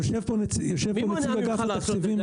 יושב פה נציג אגף תקציבים.